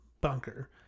bunker